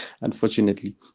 unfortunately